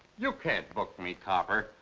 you can't book me, topper.